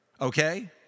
okay